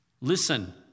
Listen